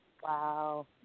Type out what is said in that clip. Wow